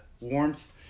warmth